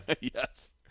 Yes